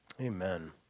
amen